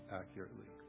accurately